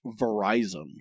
Verizon